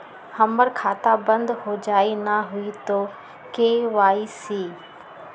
हमर खाता बंद होजाई न हुई त के.वाई.सी?